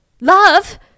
Love